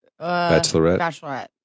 bachelorette